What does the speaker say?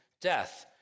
death